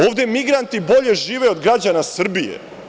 Ovde migranti bolje žive od građana Srbije.